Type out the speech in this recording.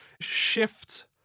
Shift